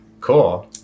cool